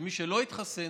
שמי שלא התחסן